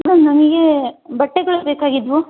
madam ನಮಗೆ ಬಟ್ಟೆಗಳು ಬೇಕಾಗಿದ್ದವು